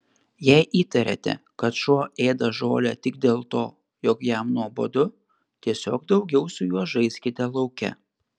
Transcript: jei įtariate kad šuo ėda žolę tik dėl to jog jam nuobodu tiesiog daugiau su juo žaiskite lauke